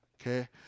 okay